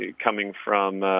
ah coming from